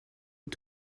est